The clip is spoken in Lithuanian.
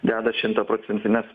deda šimtaprocentines